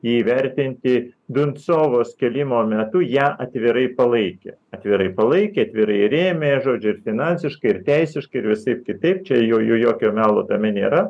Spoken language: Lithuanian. įvertinti binsovos kėlimo metu ją atvirai palaikė atvirai palaikė atvirai rėmė žodžiu ir finansiškai ir teisiškai ir visaip kitaip čia jo jo jokio melo tame nėra